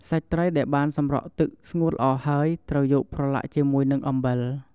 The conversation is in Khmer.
សាច់ត្រីដែលបានសម្រក់ទឹកស្ងួតល្អហើយ ត្រូវយកប្រឡាក់ជាមួយនឹងអំបិល។